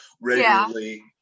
regularly